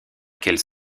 quels